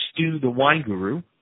stewthewineguru